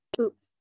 Oops